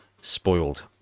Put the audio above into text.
spoiled